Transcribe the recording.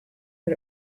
put